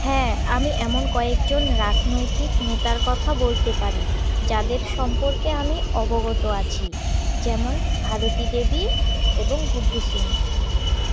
হ্যাঁ আমি এমন কয়েকজন রাজনৈতিক নেতার কথা বলতে পারি যাদের সম্পর্কে আমি অবগত আছি যেমন ভারতী দেবী এবং গুড্ডু সিং